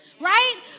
right